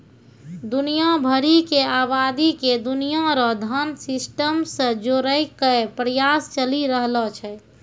दुनिया भरी के आवादी के दुनिया रो धन सिस्टम से जोड़ेकै प्रयास चली रहलो छै